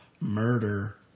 murder